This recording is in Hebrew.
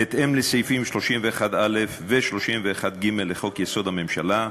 בהתאם לסעיפים 31(א) ו-31(ג) לחוק-יסוד: הממשלה,